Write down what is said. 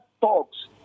talks